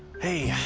hey,